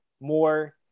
more